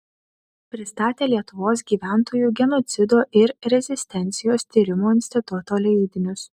pristatė lietuvos gyventojų genocido ir rezistencijos tyrimo instituto leidinius